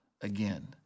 again